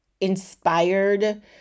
inspired